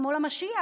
כמו למשיח?